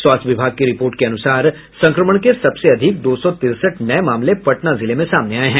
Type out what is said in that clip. स्वास्थ्य विभाग की रिपोर्ट के अनुसार संक्रमण के सबसे अधिक दो सौ तिरसठ नये मामले पटना जिले में सामने आये हैं